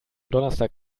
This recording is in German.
donnerstag